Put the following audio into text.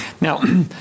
Now